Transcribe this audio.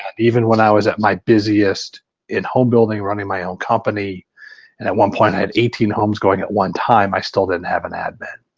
even when i was at my busiest in home building, running my own company and at one point i had eighteen homes going at one time, i still didn't have an admin.